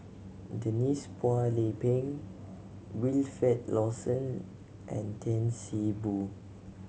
Denise Phua Lay Peng Wilfed Lawson and Tan See Boo